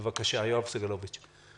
בבקשה, ח"כ יואב סגלוביץ'.